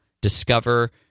discover